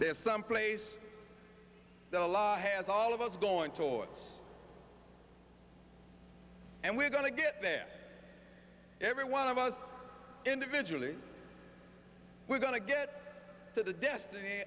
this someplace the law has all of us going toward us and we're going to get there every one of us individually we're going to get to the destin